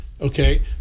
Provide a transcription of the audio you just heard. okay